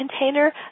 container